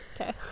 okay